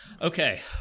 Okay